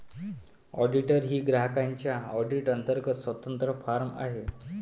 auditor ही ग्राहकांच्या audit अंतर्गत स्वतंत्र फर्म आहे